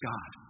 God